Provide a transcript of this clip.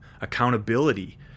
accountability